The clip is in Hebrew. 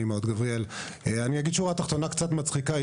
אגיד שורה תחתונה קצת מצחיקה,